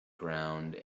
ground